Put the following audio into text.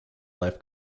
life